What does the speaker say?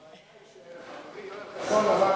הבעיה היא שחברי יואל חסון אמר,